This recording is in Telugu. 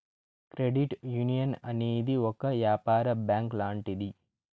క్రెడిట్ యునియన్ అనేది ఒక యాపార బ్యాంక్ లాంటిది